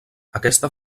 aquesta